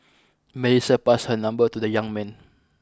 Melissa passed her number to the young man